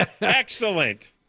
Excellent